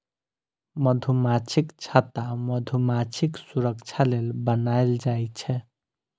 मधुमाछीक छत्ता मधुमाछीक सुरक्षा लेल बनाएल जाइ छै